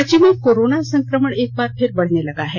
राज्य में कोरोना संकमण एक बार फिर बढ़ने लगा है